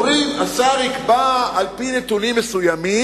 אומרים שהשר יקבע על-פי נתונים מסוימים.